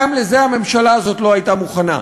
גם לזה הממשלה הזאת לא הייתה מוכנה.